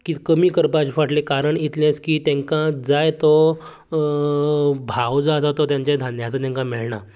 कितें कमी करपाचें फाटलें कारण इतलेंच की तेंका जाय तो भाव जो आसा तो तेंचें धान्याचो तेंकां मेळना